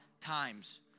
Times